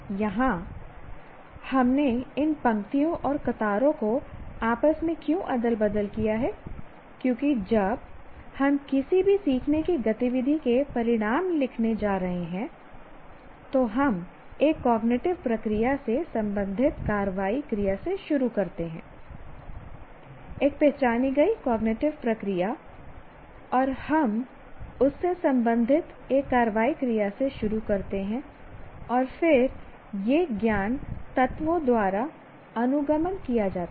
यहाँ हमने इन पंक्तियों और क़तारों को आपस में क्यों अदल बदल किया है क्योंकि जब हम किसी भी सीखने की गतिविधि के परिणाम लिखने जा रहे हैं तो हम एक कॉग्निटिव प्रक्रिया से संबंधित कार्रवाई क्रिया से शुरू करते हैं एक पहचानी गई कॉग्निटिव प्रक्रिया और हम उससे संबंधित एक कार्रवाई क्रिया से शुरू करते हैं और फिर यह ज्ञान तत्वों द्वारा अनुगमन किया जाता है